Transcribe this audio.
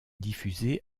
diffusée